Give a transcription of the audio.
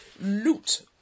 loot